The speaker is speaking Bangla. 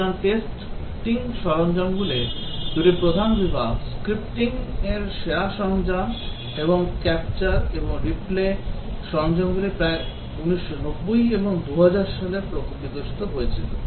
সুতরাং এই টেস্টিং সরঞ্জামগুলির দুটি প্রধান বিভাগ স্ক্রিপ্টিং এর সেরা সরঞ্জাম এবং ক্যাপচার ও রিপ্লে সরঞ্জামগুলি যা 1990 এবং 2000 সালে বিকশিত হয়েছিল